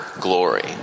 glory